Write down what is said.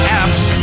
apps